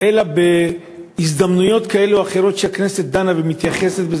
אלא בהזדמנויות כאלה ואחרות שהכנסת דנה ומתייחסת,